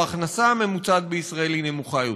ההכנסה הממוצעת בישראל נמוכה יותר.